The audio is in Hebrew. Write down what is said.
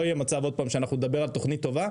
לא יהיה מצב עוד פעם שאנחנו נדבר על תוכנית טובה,